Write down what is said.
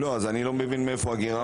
לא, אבל אני לא מבין מאיפה הגירעון.